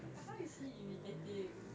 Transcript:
how is he irritating